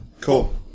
Cool